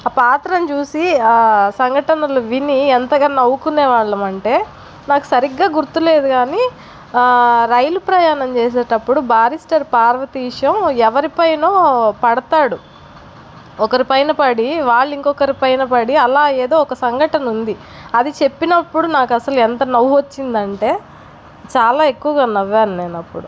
ఆ పాత్రను చూసి ఆ సంఘటనలు విని ఎంతగా నవ్వుకునే వాళ్ళమంటే నాకు సరిగ్గా గుర్తులేదు కానీ రైలు ప్రయాణం చేసేటప్పుడు బారిష్టర్ పార్వతీశం ఎవరి పైనో పడతాడు ఒకరి పైన పడి వాళ్ళు ఇంకొకరి పైన పడి అలా ఏదో ఒక సంఘటన ఉంది అది చెప్పినప్పుడు నాకు అసలు ఎంత నవ్వు వచ్చిందంటే చాలా ఎక్కువగా నవ్వాను నేనప్పుడు